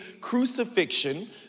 crucifixion